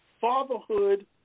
fatherhood